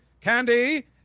candy